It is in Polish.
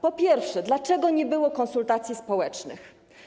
Po pierwsze, dlaczego nie było konsultacji społecznych?